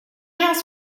has